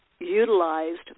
utilized